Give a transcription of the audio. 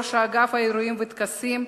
ראש האגף לאירועים וטקסים,